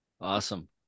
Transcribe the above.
Awesome